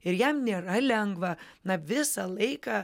ir jam nėra lengva na visą laiką